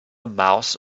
mouse